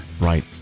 Right